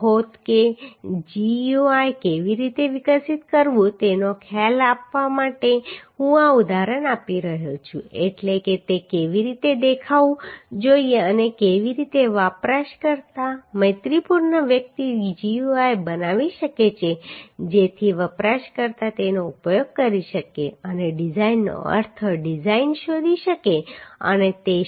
કહો કે GUI કેવી રીતે વિકસિત કરવું તેનો ખ્યાલ આપવા માટે હું આ ઉદાહરણ આપી રહ્યો છું એટલે કે તે કેવી રીતે દેખાવું જોઈએ અને કેવી રીતે વપરાશકર્તા મૈત્રીપૂર્ણ વ્યક્તિ GUI બનાવી શકે છે જેથી વપરાશકર્તા તેનો ઉપયોગ કરી શકે અને ડિઝાઇનનો અર્થ ડિઝાઇન શોધી શકે અને તે શોધી શકે